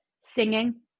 Singing